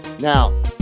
now